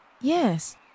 yes